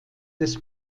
des